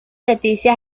leticia